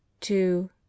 two